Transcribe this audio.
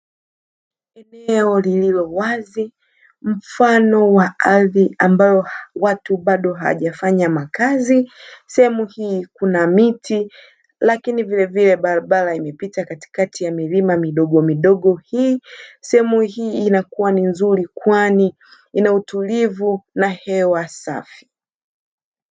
Eneo liliowazi mfano wa ardhi ambayo watu bado hawajafanya makazi, sehemu hii kuna miti lakini vile vile barabara imepita katikati ya milima midogo midogo hii, sehemu hii inakua ni nzuri kwani ina utulivu na hewa safi.